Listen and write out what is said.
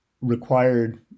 required